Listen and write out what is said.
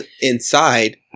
inside